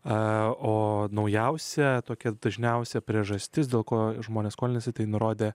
o naujausia tokia dažniausia priežastis dėl ko žmonės skolinasi tai nurodė